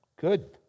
Good